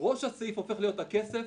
שראש הסעיף הופך להיות הכסף,